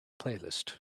playlist